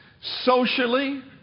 socially